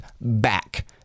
back